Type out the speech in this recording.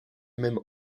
même